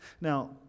Now